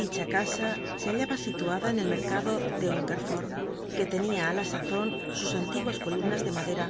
dicha casa se hallaba i tna la en el mecado de hungcrfonl c uc tenia ü la sazon sus antiguas columnas de madem